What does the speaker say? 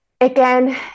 again